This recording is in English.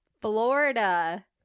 Florida